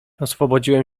oswobodziłem